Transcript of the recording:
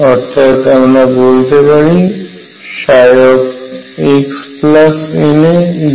অর্থাৎ আমরা বলতে পারি xNaψ